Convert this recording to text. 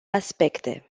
aspecte